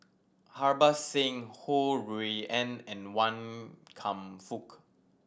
Harbans Singh Ho Rui An and Wan Kam Fook